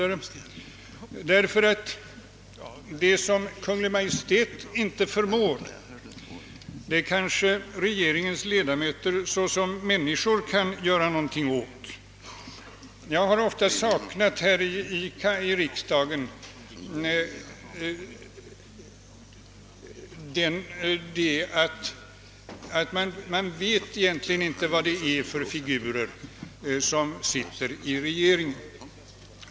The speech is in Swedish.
Jag vet att detta inte går, herr talman. Men det som Kungl. Maj:t inte förmår kanske regeringens ledamöter som människor kan göra någonting åt. Jag har ofta märkt här i riksdagen att man egentligen inte vet vad det är för figurer som sitter i regeringen.